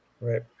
right